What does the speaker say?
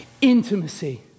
Intimacy